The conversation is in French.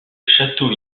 château